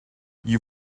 you